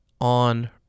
on